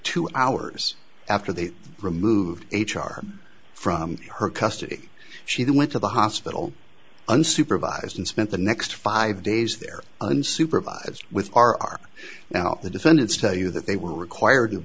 two hours after they removed h r from her custody she then went to the hospital unsupervised and spent the next five days there unsupervised with are now the defendants tell you that they were required to